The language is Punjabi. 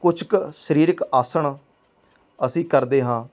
ਕੁਛ ਕੁ ਸਰੀਰਕ ਆਸਣ ਅਸੀਂ ਕਰਦੇ ਹਾਂ